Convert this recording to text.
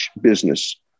business